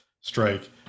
strike